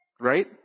Right